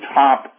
top